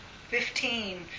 Fifteen